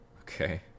Okay